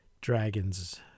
Dragons